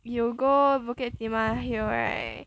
you go bukit timah hill right